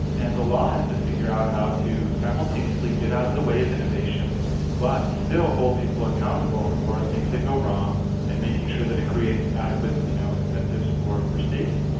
and the law has to figure out how to simultaneously get out of the way of innovation but still hold people accountable for things that go wrong and making sure that it creates adequate you know incentives for for safety.